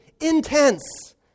intense